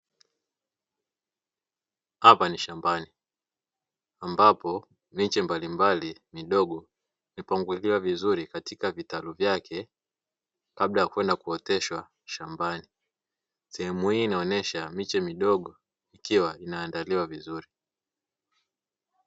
Apa ni shambani, ambapo ni nchi mbalimbali midogo mipangilio vizuri katika vitalu vyake kabla ya kwenda kuoteshwa shambani jumuia inaonesha miche midogo ikiwa inaandaliwa vizuri.